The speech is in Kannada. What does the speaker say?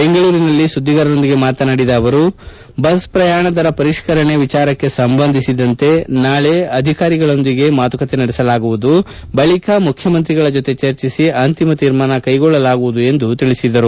ಬೆಂಗಳೂರಿನಲ್ಲಿಂದು ಸುದ್ದಿಗಾರರೊಂದಿಗೆ ಮಾತನಾಡಿದ ಅವರು ಬಸ್ ಪ್ರಯಾಣ ದರ ಪರಿಷ್ಠರಣೆ ವಿಚಾರಕ್ಕೆ ಸಂಬಂಧಿಸಿದಂತೆ ನಾಳೆ ಅಧಿಕಾರಿಗಳೊಂದಿಗೆ ಮಾತುಕತೆ ನಡೆಸಲಾಗುವುದು ಬಳಿಕ ಮುಖ್ಯಮಂತ್ರಿ ಜೊತೆ ಚರ್ಚಿಸಿ ಅಂತಿಮ ತೀರ್ಮಾನ ಕೈಗೊಳ್ಳಲಾಗುವುದು ಎಂದು ತಿಳಿಸಿದರು